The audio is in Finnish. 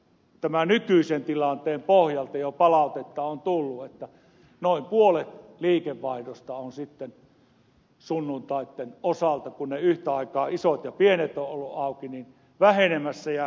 ainakin tämän nykyisen tilanteen pohjalta jo palautetta on tullut että noin puolet liikevaihdosta on sitten sunnuntaitten osalta vähenemässä kun isot ja pienet kaupat ovat yhtä aikaa auki